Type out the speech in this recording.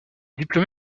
diplômée